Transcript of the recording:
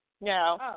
no